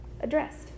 addressed